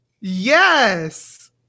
Yes